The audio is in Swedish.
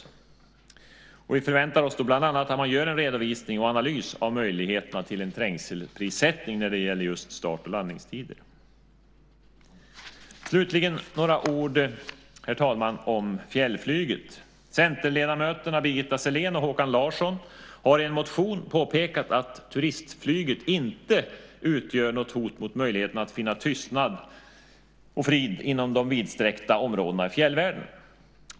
Bland annat förväntar vi oss att det görs en redovisning och analys av möjligheterna till trängselprissättning just beträffande start och landningstider. Slutligen, herr talman, vill jag säga några ord om fjällflyget. Centerledamöterna Birgitta Sellén och Håkan Larsson har i en motion påpekat att turistflyget inte utgör något hot mot möjligheterna att finna tystnad och frid inom de vidsträckta områdena i fjällvärlden.